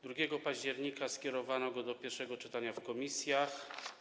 2 października skierowano go do pierwszego czytania w komisjach.